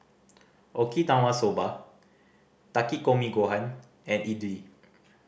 Okinawa Soba Takikomi Gohan and Idili